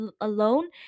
Alone